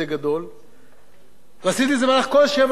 ועשיתי את זה במהלך כל שבע שנות כהונתי בשליחות הזאת כאן,